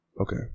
Okay